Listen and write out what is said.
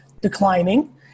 declining